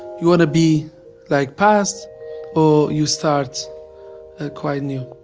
you want to be like past or you start quite new.